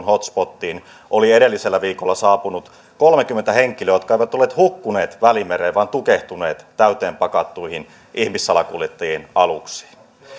hotspotiin oli edellisellä viikolla saapunut kolmekymmentä henkilöä jotka eivät olleet hukkuneet välimereen vaan tukehtuneet täyteen pakattuihin ihmissalakuljettajien aluksiin